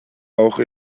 auch